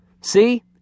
See